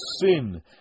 sin